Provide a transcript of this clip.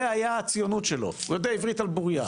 זה היה הציונות שלו, הוא יודע עברית על בוריה.